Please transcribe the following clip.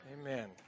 Amen